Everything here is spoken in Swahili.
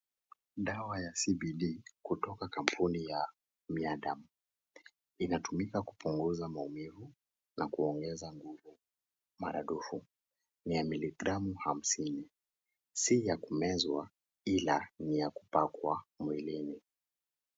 Dawa ya cbd kutoka kampuni ya Myaderm. Inatumika kupunguza maumivu na kuongeza nguvu mara dufu. Ni ya miligramu hamsini. Si ya kumezwa, ila ni ya kupakwa mwilini.